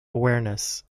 awareness